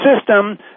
system